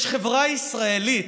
יש חברה ישראלית,